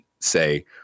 say